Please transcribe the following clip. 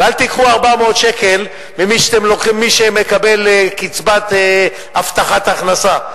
ואל תיקחו 400 שקל ממי שמקבל קצבת הבטחת הכנסה.